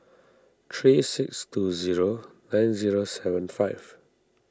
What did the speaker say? three six two zero nine zero seven five